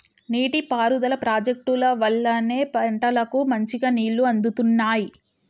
నీటి పారుదల ప్రాజెక్టుల వల్లనే పంటలకు మంచిగా నీళ్లు అందుతున్నాయి